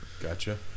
Gotcha